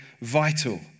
vital